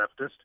leftist